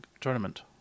tournament